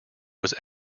was